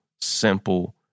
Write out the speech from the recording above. simple